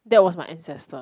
that was my ancestor